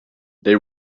they